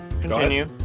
Continue